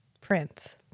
prince